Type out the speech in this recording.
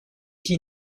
qui